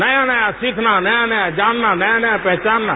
नया नया सीखना नया नया जानना नया नया पहचानना